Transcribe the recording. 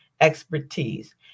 expertise